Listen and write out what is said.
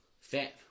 fat